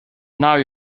now